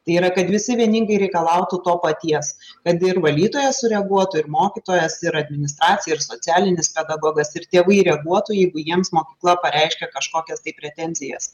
tai yra kad visi vieningai reikalautų to paties kad ir valytoja sureaguotų ir mokytojas ir administracija ir socialinis pedagogas ir tėvai reaguotų jeigu jiems mokykla pareiškia kažkokias pretenzijas